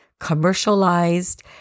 commercialized